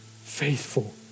faithful